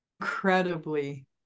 incredibly